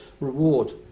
reward